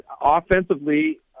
offensively